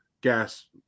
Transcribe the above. gas